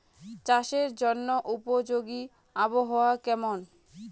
চাষের জন্য উপযোগী আবহাওয়া কেমন?